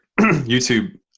YouTube